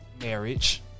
marriage